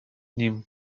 ним